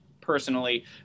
personally